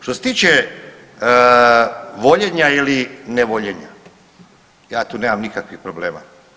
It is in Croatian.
Što se tiče voljenja ili nevoljenja ja tu nemam nikakvih problema.